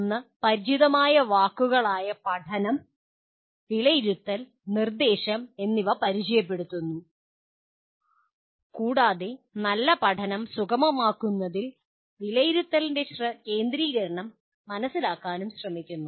ഒന്ന് പരിചിതമായ വാക്കുകളായ "പഠനം" "വിലയിരുത്തൽ" "നിർദ്ദേശം" എന്നിവ പരിചയപ്പെടുത്താൻ ഞങ്ങൾ ശ്രമിക്കുന്നു കൂടാതെ "നല്ല പഠനം" സുഗമമാക്കുന്നതിൽ വിലയിരുത്തലിൻ്റെ കേന്ദ്രീകരണം മനസ്സിലാക്കാനും ശ്രമിക്കുന്നു